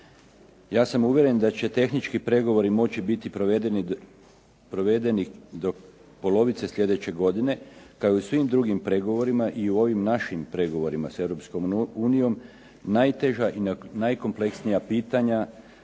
Ja sam uvjeren da će tehnički pregovori moći biti provedeni do polovice slijedeće godine, kao i u svim drugim pregovorima i u ovim našim pregovorima sa Europskom unijom najteža i najkompleksnija pitanja